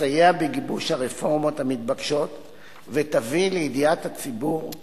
תסייע בגיבוש הרפורמות המתבקשות ותביא לידיעת הציבור את